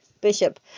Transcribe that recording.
Bishop